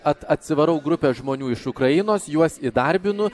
at atsivarau grupę žmonių iš ukrainos juos įdarbinu